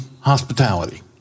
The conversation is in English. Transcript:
hospitality